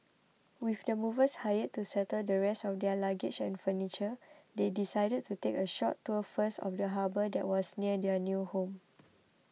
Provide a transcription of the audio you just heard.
with the movers hired to settle the rest of their luggage and furniture they decided to take a short tour first of the harbour that was near their new home